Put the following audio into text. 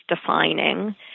defining